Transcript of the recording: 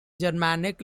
germanic